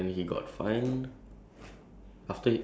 she went to smoke like under the shelter